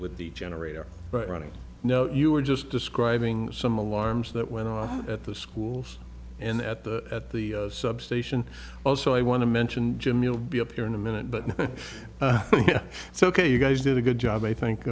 with the generator running no you were just describing some alarms that went off at the schools and at the at the substation also i want to mention jim you'll be up here in a minute but it's ok you guys did a good job i think